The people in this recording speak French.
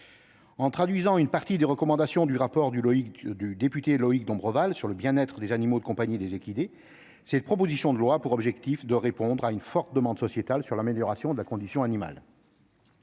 En traduisant une partie des recommandations du rapport du député Loïc Dombreval sur le bien-être des animaux de compagnie et des équidés, cette proposition de loi a pour objet de répondre à une forte demande sociétale en ce qui concerne l'amélioration de la condition animale.